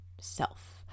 self